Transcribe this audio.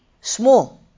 small